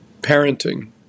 parenting